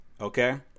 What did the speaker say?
Okay